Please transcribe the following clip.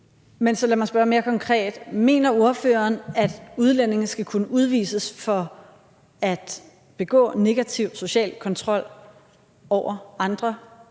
Men lad mig så spørge mere konkret: Mener ordføreren, at udlændinge skal kunne udvises for at begå negativ social kontrol over andre?